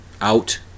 out